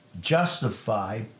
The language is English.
justify